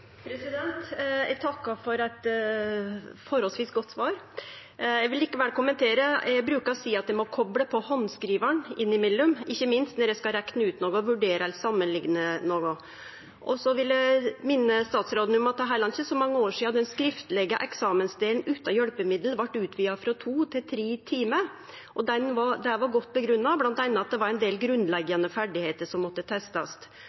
Eg takkar for eit forholdsvis godt svar. Eg vil likevel kommentere. Eg bruker å seie at eg må kople på handskrivaren innimellom, ikkje minst når eg skal rekne ut noko, og vurdere eller samanlikne noko. Eg vil minne statsråden om at det heller ikkje er så mange år sidan den skriftlege eksamensdelen utan hjelpemiddel blei utvida frå to til tre timar, og det var det ei god grunngjeving for, bl.a. at det var ein del grunnleggjande ferdigheiter som måtte testast.